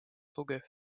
tugev